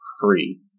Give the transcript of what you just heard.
free